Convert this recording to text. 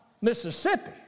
Mississippi